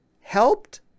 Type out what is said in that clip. helped